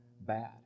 bad